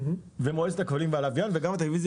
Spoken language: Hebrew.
מועצת הכבלים והלוויין וגם הטלוויזיה